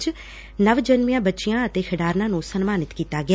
ਵਿਚ ਨਵ ਜੰਮੀਆਂ ਬੱਚੀਆਂ ਅਤੇ ਖਿਡਾਰਨਾਂ ਨੁੰ ਸਨਮਾਨਿਤ ਕੀਤਾ ਗਿਆ